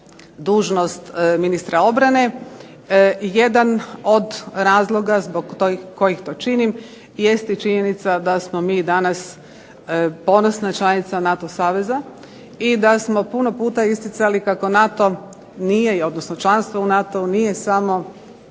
dužnost ministra obrane. Jedan od razloga zbog kojih to činim jeste i činjenica da smo mi danas ponosna članica NATO saveza i da smo puno puta isticali kako NATO nije,